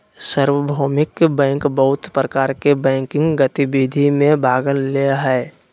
सार्वभौमिक बैंक बहुत प्रकार के बैंकिंग गतिविधि में भाग ले हइ